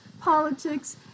politics